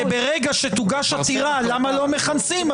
כי ברגע שתוגש עתירה למה לא מכנסים,